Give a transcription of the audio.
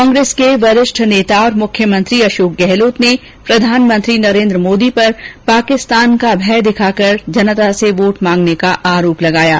कांग्रेस के वरिष्ठ नेता और मुख्यमंत्री अशोक गहलोत ने प्रधानमंत्री नरेन्द्र मोदी पर पाकिस्तान का भय दिखाकर जनता से वोट मांगने का आरोप लगाया है